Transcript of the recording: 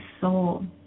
soul